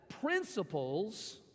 principles